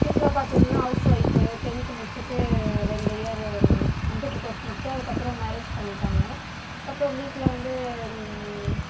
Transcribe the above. வீட்டில் பார்த்திங்கன்னா housewife tenth முடிச்சுட்டு ரெண்டு இயரு கம்பியூட்ரு கோர்ஸ் முடித்து அதுக்கப்புறம் மேரேஜ் பண்ணிட்டாங்க அப்புறம் வீட்டில் வந்து